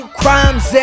crimes